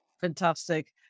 Fantastic